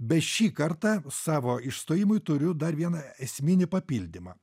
bet šį kartą savo išstojimui turiu dar vieną esminį papildymą